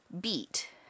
beat